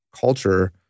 culture